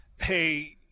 hey